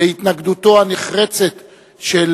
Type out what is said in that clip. בהתנגדותו הנחרצת של